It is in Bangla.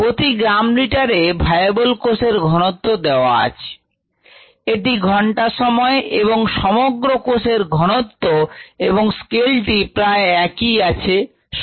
প্রতি গ্রাম লিটারে ভায়াবল কোষের ঘনত্ব দেওয়া আছে সময় হিসেবে ঘন্টা সময় এবং সমগ্র কোষের ঘনত্ব এবং স্কেলটি প্রায় একই আছে যা হল 0 থেকে 3